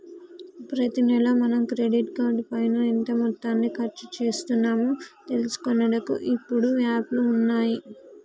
ప్రతి నెల మనం క్రెడిట్ కార్డు పైన ఎంత మొత్తాన్ని ఖర్చు చేస్తున్నాము తెలుసుకొనుటకు ఇప్పుడు యాప్లు ఉన్నాయి